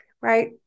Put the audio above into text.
right